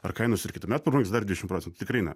ar kainos ir kitąmet pabrangs dar dešim procentų tikrai ne